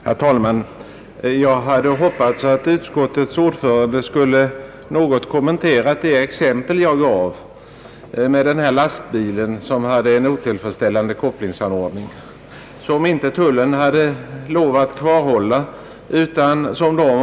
Herr talman! Jag hade hoppats att utskottets ordförande något skulle kommentera det exempel jag gav, nämligen lastbilen som hade en otillfredsställande kopplingsanordning och som tullen inte hade lov att kvarhålla.